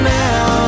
now